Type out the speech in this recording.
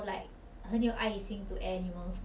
then err